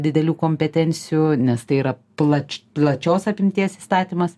didelių kompetencijų nes tai yra plač plačios apimties įstatymas